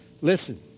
Listen